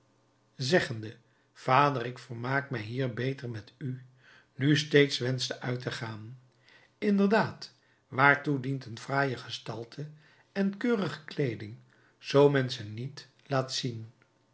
zeggende vader ik vermaak mij hier beter met u nu steeds wenschte uit te gaan inderdaad waartoe dient een fraaie gestalte en een keurige kleeding zoo men ze niet laat zien